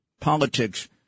politics